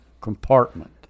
compartment